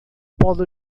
pode